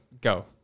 go